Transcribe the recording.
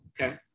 okay